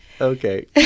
Okay